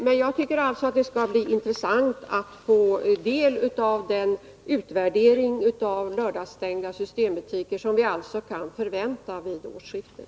Det skall bli intressant att få del av den utvärdering av lördagsstängda systembutiker som vi kan förvänta vid årsskiftet.